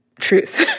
truth